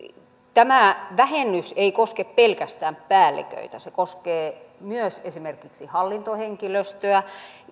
tämä vähennys ei koske pelkästään päälliköitä se koskee myös esimerkiksi hallintohenkilöstöä